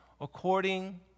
according